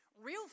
Real